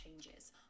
changes